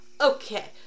Okay